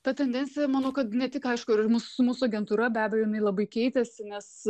ta tendencija manau kad ne tik aišku ir mus su mūsų agentūra be abejo labai keitėsi nes